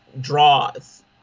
draws